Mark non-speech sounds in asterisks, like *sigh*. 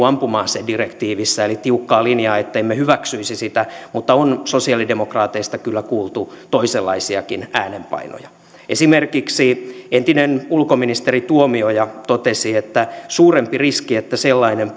*unintelligible* ampuma asedirektiivissä eli tiukkaa linjaa ettemme hyväksyisi sitä mutta on sosialidemokraateista kyllä kuultu toisenlaisiakin äänenpainoja esimerkiksi entinen ulkoministeri tuomioja totesi että suurempi riski on että sellainen *unintelligible*